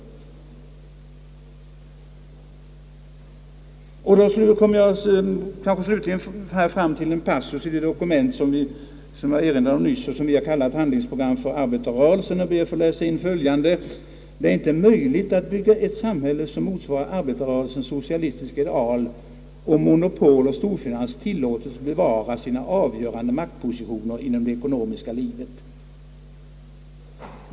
Jag kommer slutligen fram till en passus i det dokument, som jag nyss erinrade om och som kallas »Handlingsprogram för arbetarrörelsen». Det heter där på följande sätt: »Det är inte möjligt att bygga ett samhälle som motsvarar arbetarrörelsens «socialistiska ideal, om monopol och storfinans tilllåtes bevara sina avgörande maktpositioner inom det ekonomiska livet.